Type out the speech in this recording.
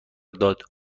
داد